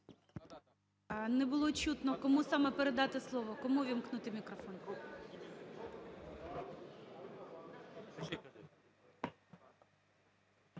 Не було чутно, кому саме передати слово. Кому ввімкнути мікрофон?